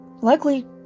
Luckily